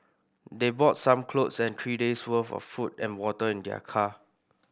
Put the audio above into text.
they brought some clothes and three days worth of food and water in their car